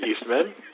Eastman